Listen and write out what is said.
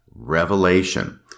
Revelation